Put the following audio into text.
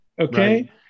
Okay